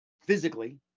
physically